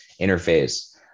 interface